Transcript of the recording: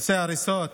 נושא ההריסות